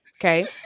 Okay